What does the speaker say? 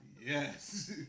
Yes